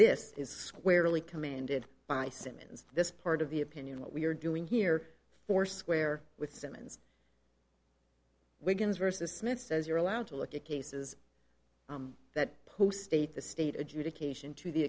this is squarely commanded by simmons this part of the opinion what we're doing here four square with simmons wigan's versus smith says you're allowed to look at cases that post state the state adjudication to the